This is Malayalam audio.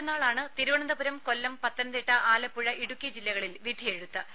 മറ്റന്നാളാണ് തിരുവനന്തപുരം കൊല്ലം പത്തനംതിട്ട ആലപ്പുഴ ഇടുക്കി ജില്ലകളിൽ വിധി എഴുത്ത്